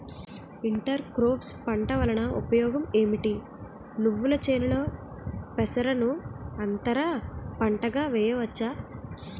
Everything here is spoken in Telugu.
ఇంటర్ క్రోఫ్స్ పంట వలన ఉపయోగం ఏమిటి? నువ్వుల చేనులో పెసరను అంతర పంటగా వేయవచ్చా?